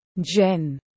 Jen